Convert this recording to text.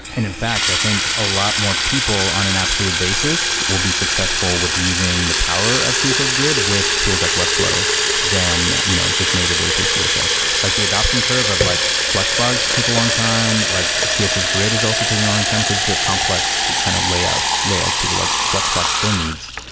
and in fact, i think a lot more people on an absolute basis will be successful with using the power of css grid with tools like webflow than you know just natively through css. like the adoption curve of like flexbox took a long time. like css grid has also taken a long time because the complex kind of layout layout to what flexbox still needs.